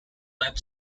web